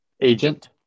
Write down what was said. agent